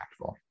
impactful